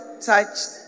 touched